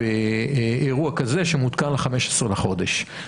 באירוע כזה, שמעודכן ל-15 בחודש.